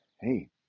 hey